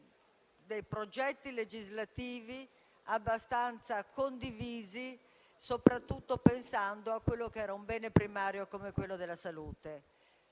dei progetti legislativi abbastanza condivisi, soprattutto pensando a quello che era un bene primario come quello della salute.